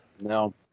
No